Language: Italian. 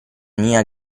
mia